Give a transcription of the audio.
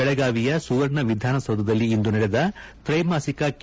ಬೆಳಗಾವಿಯ ಸುವರ್ಣ ವಿಧಾನಸೌಧದಲ್ಲಿ ಇಂದು ನಡೆದ ತ್ರೈಮಾಸಿಕ ಕೆ